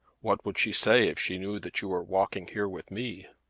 what would she say if she knew that you were walking here with me?